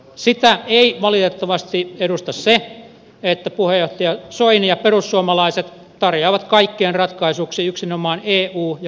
sitä ei valitettavasti edusta se että puheenjohtaja soini ja perussuomalaiset tarjoavat kaikkeen ratkaisuksi yksinomaan eu ja maahanmuuttokriittisyyttä